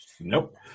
Nope